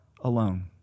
alone